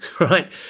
right